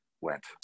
went